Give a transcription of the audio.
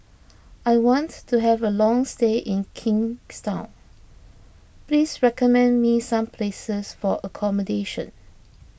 I want to have a long stay in Kingstown please recommend me some places for accommodation